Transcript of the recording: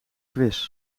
quiz